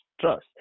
trust